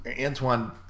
Antoine